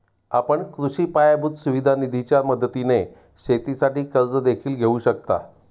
आपण कृषी पायाभूत सुविधा निधीच्या मदतीने शेतीसाठी कर्ज देखील घेऊ शकता